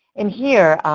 in here,